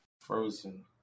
Frozen